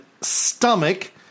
stomach